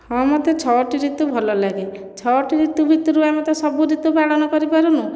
ହଁ ମୋତେ ଛଅଟି ଋତୁ ଭଲ ଲାଗେ ଛଅଟି ଋତୁ ଭିତରୁ ଆମେ ତ ସବୁ ଋତୁ ପାଳନ କରିପାରୁନୁ